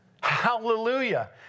Hallelujah